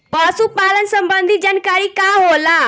पशु पालन संबंधी जानकारी का होला?